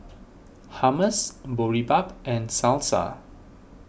Hummus Boribap and Salsa